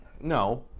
No